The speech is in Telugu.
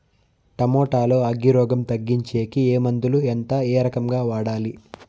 టమోటా లో అగ్గి రోగం తగ్గించేకి ఏ మందులు? ఎంత? ఏ రకంగా వాడాలి?